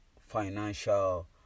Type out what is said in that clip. financial